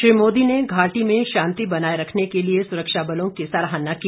श्री मोदी ने घाटी में शांति बनाये रखने के लिए सुरक्षाबलों की सराहना की